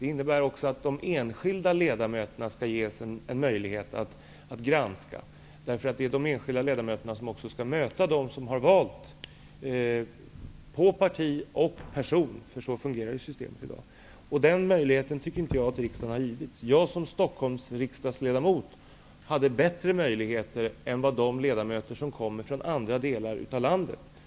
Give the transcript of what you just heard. Det innebär också att de enskilda ledamöterna skall ges möjlighet att granska regeringens förslag, eftersom det är de enskilda ledamöterna som möter väljarna, som har röstat på parti och person. Så fungerar ju systemet i dag. Den möjligheten tycker jag inte att riksdagsledamöterna har fått i det här fallet. Som Stockholmsriksdagsledamot hade jag bättre möjligheter än de ledamöter som kommer från andra delar av landet.